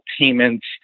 payments